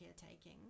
caretaking